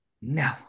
no